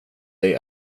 dig